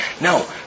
No